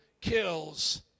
kills